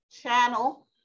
channel